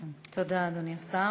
תודה, אדוני השר.